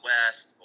West